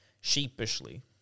sheepishly